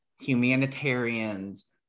humanitarians